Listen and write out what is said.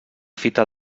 fita